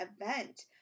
event